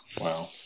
Wow